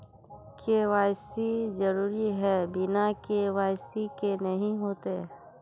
KYC जरुरी है बिना के.वाई.सी के नहीं होते?